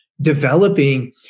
developing